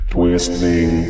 Twisting